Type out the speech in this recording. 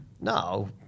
No